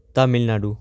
Tamil Nadu